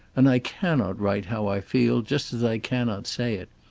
and i cannot write how i feel, just as i cannot say it.